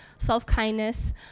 self-kindness